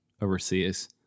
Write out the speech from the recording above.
overseas